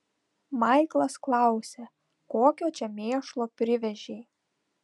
maiklas klausė kokio čia mėšlo privežei